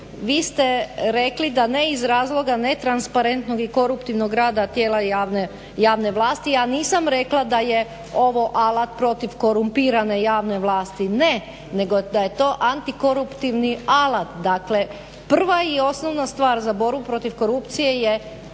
vi ste rekli da ne iz razloga netransparentnog i koruptivnog rada tijela javne vlasti. Ja nisam rekla da je ovo alat protiv korumpiranje javne vlasti, ne nego da je to antikoruptivni alat, dakle prva i osnovna stvar za borbu protiv korupcije je